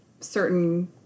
certain